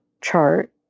chart